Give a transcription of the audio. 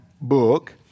book